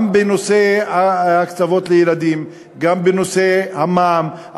גם בנושא קצבאות הילדים, גם בנושא המע"מ.